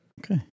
Okay